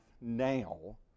now